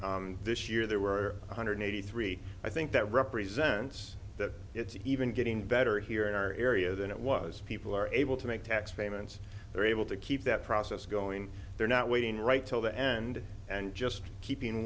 eight this year there were one hundred eighty three i think that represents that it's even getting better here in our area than it was people are able to make tax payments they're able to keep that process going they're not waiting right till the end and just keeping